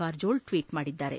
Karjol tweet ಮಾದಿದ್ದಾರೆ